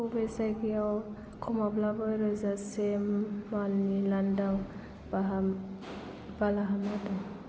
बबे जायगायाव खमावब्लाबो रोजासे मालनि लांदां बालाहामा दं